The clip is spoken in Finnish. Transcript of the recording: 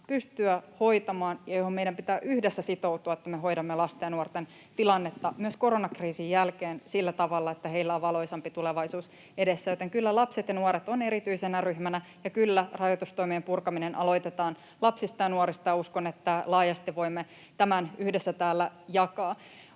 pystyä hoitamaan, ja meidän pitää yhdessä sitoutua siihen, että me hoidamme lasten ja nuorten tilannetta myös koronakriisin jälkeen sillä tavalla, että heillä on valoisampi tulevaisuus edessä. Joten kyllä lapset ja nuoret on erityisenä ryhmänä, ja kyllä, rajoitustoimien purkaminen aloitetaan lapsista ja nuorista. Uskon, että laajasti voimme tämän yhdessä täällä jakaa.